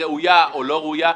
ראויה או לא ראויה?